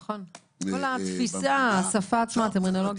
נכון, כל התפיסה, השפה עצמה, הטרמינולוגיה.